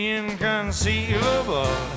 inconceivable